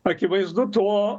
akivaizdu tuo